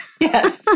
Yes